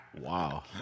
Wow